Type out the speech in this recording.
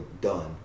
done